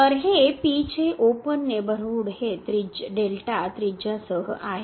तर हे P चे ओपन नेबरहूड त्रिज्यासह आहे